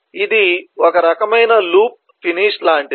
ఇది ఒక రకమైన లూప్ ఫినిష్ లాంటిది